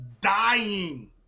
dying